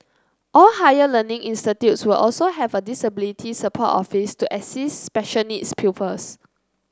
all higher learning will also have a disability support office to assist special needs pupils